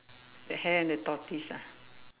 the hare and the tortoise ah